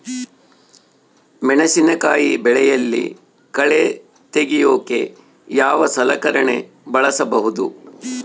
ಮೆಣಸಿನಕಾಯಿ ಬೆಳೆಯಲ್ಲಿ ಕಳೆ ತೆಗಿಯೋಕೆ ಯಾವ ಸಲಕರಣೆ ಬಳಸಬಹುದು?